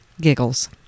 Giggles